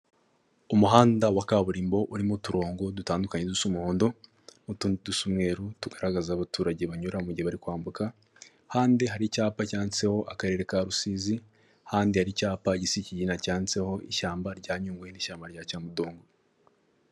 Umuhanda wa kaburimbo urimo uturongo dutandukanye dusa umuhondo, n'utundi dusa umweru tugaragaza aho abaturage banyura mu gihe bari kwambuka, ahandi hari icyapa cyanditseho akarere ka Rusizi, ahandi hari icyapa gisi ikigina cyantseho ishyamba rya Nyungwe n'ishyamba rya Cyamudongo.